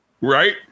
Right